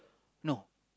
no